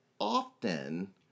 often